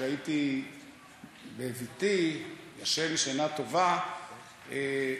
כשהייתי בביתי ישן שינה טובה,